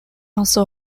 also